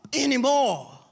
anymore